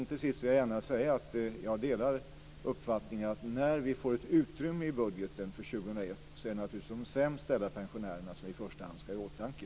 Till sist vill jag gärna säga att jag delar uppfattningen att när vi får ett utrymme i budgeten för år 2001 är det naturligtvis de sämst ställda pensionärerna som vi i första hand ska ha i åtanke.